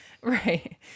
Right